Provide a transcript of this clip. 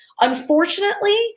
Unfortunately